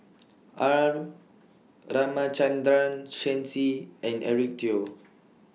R Ramachandran Shen Xi and Eric Teo